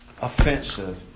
offensive